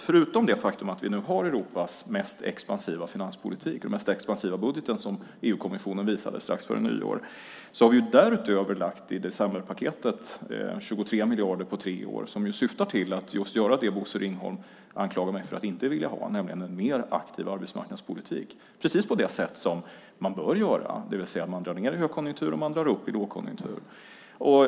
Förutom det faktum att vi nu har Europas mest expansiva finanspolitik med den mest expansiva budgeten, som EU-kommissionen visade strax före nyår, har vi i decemberpaketet lagt 23 miljarder på tre år som syftar till det som Bosse Ringholm anklagar mig för att inte vilja ha, nämligen en mer aktiv arbetsmarknadspolitik. Som man bör drar man ned i högkonjunktur och drar upp i lågkonjunktur.